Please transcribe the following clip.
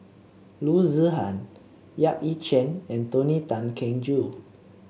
Loo Zihan Yap Ee Chian and Tony Tan Keng Joo